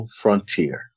frontier